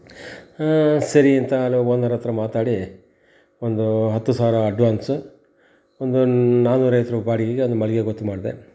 ಹಾಂ ಸರಿ ಅಂತ ಅಲ್ಲೆ ಓನರಹತ್ರ ಮಾತಾಡಿ ಒಂದೂ ಹತ್ತು ಸಾವಿರ ಅಡ್ವಾನ್ಸು ಒಂದು ನಾನೂರು ಐವತ್ತು ರುಪಾಯ್ ಬಾಡಿಗೆಗೆ ಅದು ಮಳಿಗೆ ಗೊತ್ತು ಮಾಡಿದೆ